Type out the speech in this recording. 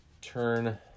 turn